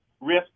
risk